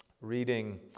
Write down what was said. reading